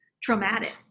traumatic